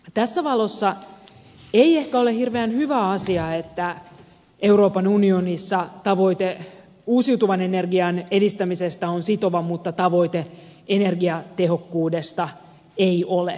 tässä valossa ei ehkä ole hirveän hyvä asia että euroopan unionissa tavoite uusiutuvan energian edistämisestä on sitova mutta tavoite energiatehokkuudesta ei ole